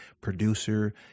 producer